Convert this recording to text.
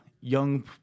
young